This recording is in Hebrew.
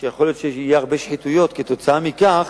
שיכול להיות שיהיו הרבה שחיתויות כתוצאה מכך